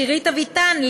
שירית אביטן,